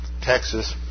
Texas